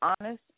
honest